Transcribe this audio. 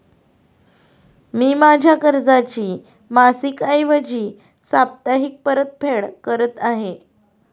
मी माझ्या कर्जाची मासिक ऐवजी साप्ताहिक परतफेड करत आहे